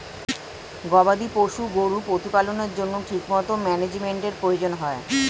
গবাদি পশু গরুর প্রতিপালনের জন্য ঠিকমতো ম্যানেজমেন্টের প্রয়োজন হয়